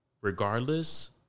regardless